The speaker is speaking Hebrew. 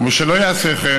ומשלא עשה כן,